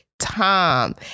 Tom